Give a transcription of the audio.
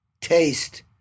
taste